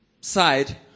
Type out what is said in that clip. side